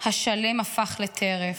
השלם הפך לטרף.